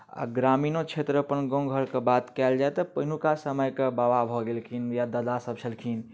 आ ग्रामीणो क्षेत्रमे अपन गाम घरके बात कयल जाय तऽ पहिनुका समयके बाबा भऽ गेलखिन या दादा सभ छलखिन